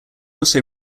also